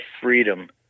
freedom